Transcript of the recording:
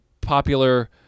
popular